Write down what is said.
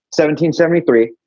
1773